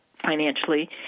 financially